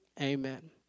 amen